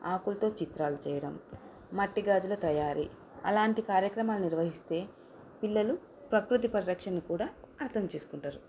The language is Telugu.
ఆకులతో చిత్రాలు చేయడం మట్టి గాజులు తయారీ అలాంటి కార్యక్రమాలు నిర్వహిస్తే పిల్లలు ప్రకృతి పరిరక్షణ కూడా అర్థం చేసుకుంటారు